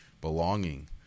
belonging